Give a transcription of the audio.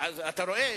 אתה רואה?